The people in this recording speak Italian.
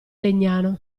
legnano